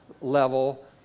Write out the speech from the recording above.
level